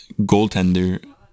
goaltender